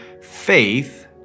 faith